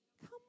Come